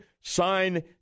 sign